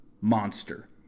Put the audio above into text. monster